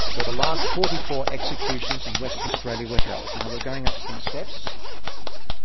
where the last forty four executions in western australia were held. now we're going up some steps